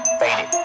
faded